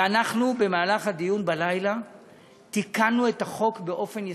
במהלך הדיון בלילה תיקנו את החוק באופן יסודי.